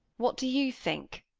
what do you think?